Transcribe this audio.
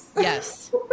Yes